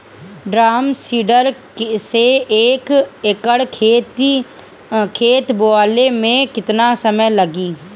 Drum seeder से एक एकड़ खेत बोयले मै कितना समय लागी?